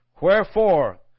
Wherefore